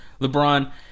LeBron